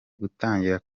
gutangira